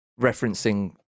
referencing